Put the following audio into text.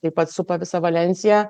taip pat supa visą valensiją